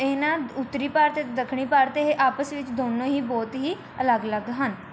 ਇਹਨਾਂ ਉੱਤਰੀ ਭਾਰਤ ਦੱਖਣੀ ਭਾਰਤ ਇਹ ਆਪਸ ਵਿੱਚ ਦੋਨੋਂ ਹੀ ਬਹੁਤ ਹੀ ਅਲੱਗ ਅਲੱਗ ਹਨ